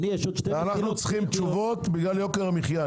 אנחנו צריכים תשובות בגלל יוקר המחיה.